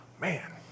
Man